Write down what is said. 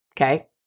Okay